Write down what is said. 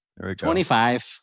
25